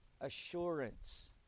assurance